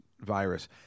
virus